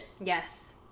Yes